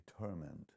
determined